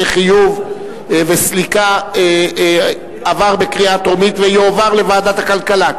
חיוב וסליקה עברה בקריאה טרומית ותועבר לוועדת הכלכלה,